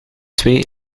twee